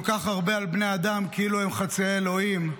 כך הרבה על בני האדם כאילו הם חצאי אלוהים,